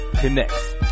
Connects